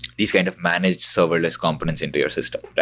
these kind of managed serverless components into your system,